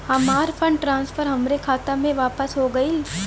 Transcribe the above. हमार fund transfer हमरे खाता मे वापस हो गईल